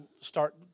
start